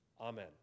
Amen